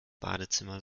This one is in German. badezimmer